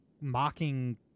mocking